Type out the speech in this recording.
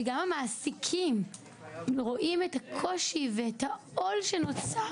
וגם המעסקים רואים את הקושי ואת העול שנוצר